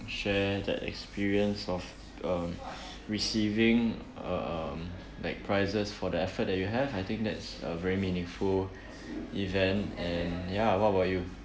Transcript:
share the experience of um receiving um like prizes for the effort that you have I think that's a very meaningful event and ya what about you